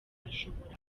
ashobora